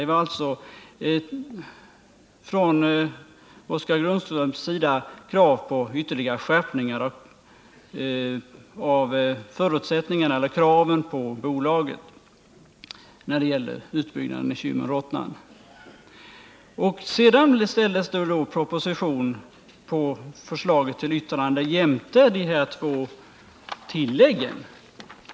Det var alltså från Oskar Grundströms sida krav på ytterligare skärpningar för bolagen när det gällde utbyggnaden i Kymmen-Rottnan. Sedan ställdes då proposition på förslaget till yttrande jämte de här två tilläggen.